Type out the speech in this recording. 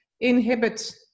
inhibit